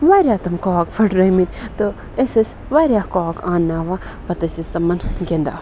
واریاہ تِم کاک پھٕٹرٲمٕتۍ تہٕ أسۍ ٲسۍ واریاہ کاکھ انناوان پَتہٕ ٲسۍ أسۍ تِمَن گِنٛدان